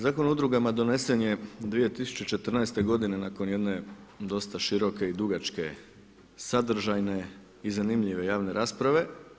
Zakon o udrugama donesen je 2014. godine nakon jedne dosta široke i dugačke sadržajne i zanimljive javne rasprave.